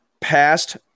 passed